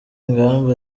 ngamba